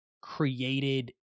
created